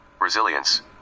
Resilience